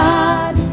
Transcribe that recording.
God